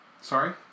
Sorry